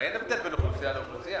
הרי אין הבדל בין אוכלוסייה לאוכלוסייה.